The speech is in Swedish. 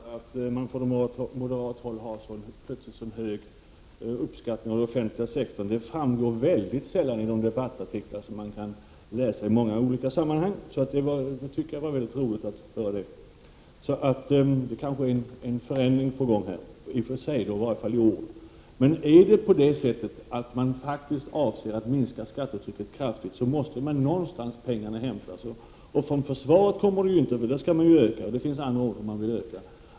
Herr talman! Det var ju trevligt att höra att man på moderat håll plötsligt har fått en så hög uppskattning av den offentliga sektorn. I de debattartiklar som man kan läsa i många olika sammanhang framgår detta mycket sällan. Det är kanske en förändring på gång, åtminstone i ord. Men avser man att kraftigt minska skattetrycket, måste pengarna hämtas någonstans. Från försvaret kan ju inte pengarna komma. Där skall man ju öka utgifterna, liksom på många andra håll.